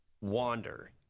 wander